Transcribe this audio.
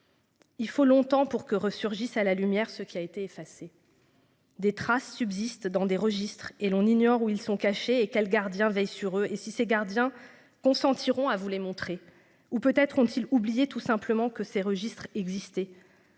Il faut longtemps pour que ressurgisse à la lumière, ce qui a été effacé. Des traces subsistent dans des registres et l'on ignore où ils sont cachés et quel gardiens veillent sur eux et si ces gardiens consentiront à voulait montrer ou peut-être ont-ils oublié tout simplement que ces registres exister.